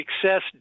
success